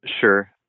Sure